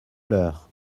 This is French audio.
leur